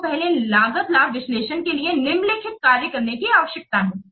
आपको पहले लागत लाभ विश्लेषण के लिए निम्नलिखित कार्य करने की आवश्यकता है